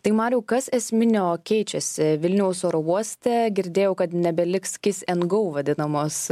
tai mariau kas esminio keičiasi vilniaus oro uoste girdėjau kad nebeliks kiss and go vadinamos